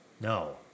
No